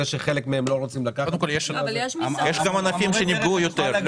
זה שחלק לא רוצים לקחת -- יש גם ענפים שנפגעו יותר.